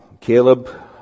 Caleb